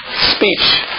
speech